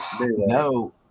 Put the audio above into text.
no